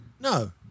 No